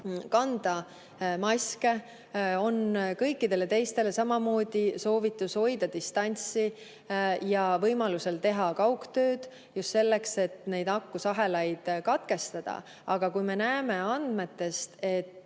kanda maske, kõikidele teistele on samamoodi soovitus hoida distantsi ja võimaluse korral teha kaugtööd, just selleks, et neid nakkusahelaid katkestada. Aga kui me näeme andmetest, et